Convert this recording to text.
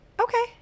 okay